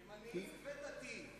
ימניים ודתיים.